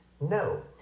No